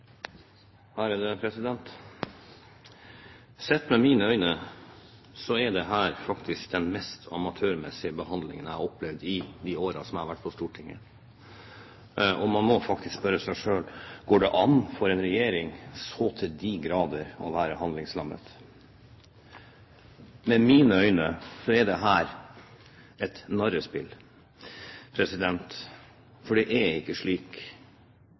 faktisk den mest amatørmessige behandlingen jeg har opplevd i de årene jeg har vært på Stortinget. Man må faktisk spørre seg: Går det an for en regjering å være så til de grader handlingslammet? I mine øyne er dette et narrespill, for det er ikke slik